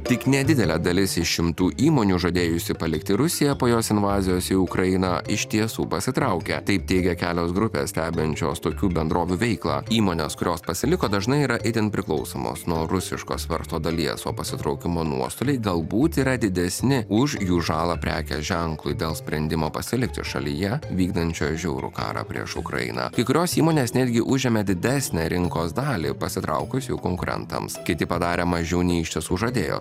tik nedidelė dalis iš šimtų įmonių žadėjusi palikti rusiją po jos invazijos į ukrainą iš tiesų pasitraukė taip teigia kelios grupės stebinančios tokių bendrovių veiklą įmonės kurios pasiliko dažnai yra itin priklausomos nuo rusiškos verslo dalies o pasitraukimo nuostoliai galbūt yra didesni už jų žalą prekės ženklui dėl sprendimo pasilikti šalyje vykdančio žiaurų karą prieš ukrainą kai kurios įmonės netgi užėmė didesnę rinkos dalį pasitraukus jų konkurentams kiti padarė mažiau nei iš tiesų žadėjo